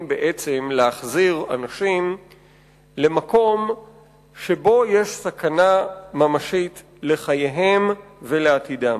להחזיר אנשים למקום שבו יש סכנה ממשית לחייהם ולעתידם.